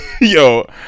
Yo